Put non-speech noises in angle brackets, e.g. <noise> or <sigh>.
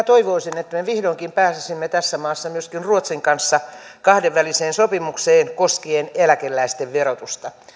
<unintelligible> toivoisin että me vihdoinkin pääsisimme tässä maassa myöskin ruotsin kanssa kahdenväliseen sopimukseen koskien eläkeläisten verotusta